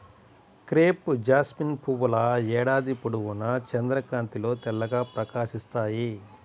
crepe jasmine పువ్వుల ఏడాది పొడవునా చంద్రకాంతిలో తెల్లగా ప్రకాశిస్తాయి